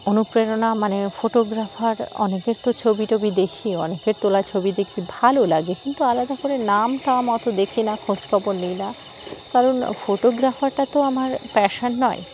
অনুপ্রেরণা মানে ফটোগ্রাফার অনেকের তো ছবি টবি দেখি অনেকের তোলা ছবি দেখি ভালো লাগে কিন্তু আলাদা করে নাম টাম অত দেখি না খোঁজখবর নিই না কারণ ফটোগ্রাফারটা তো আমার প্যাশান নয়